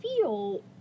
feel